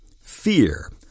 Fear